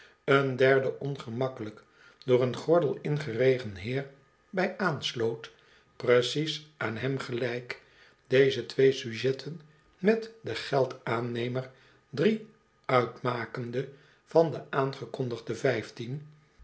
een derde ongemakkelijk door een gordel ingeregen heer bij aansloot precies aan hem gelijk deze twee sujetten met den geldaannemer drie uitmakende van de aangekondigde vijftien